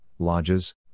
Lodges